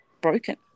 broken